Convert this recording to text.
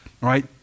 right